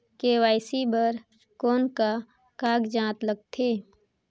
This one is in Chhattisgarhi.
के.वाई.सी बर कौन का कागजात लगथे?